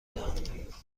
دهم